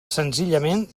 senzillament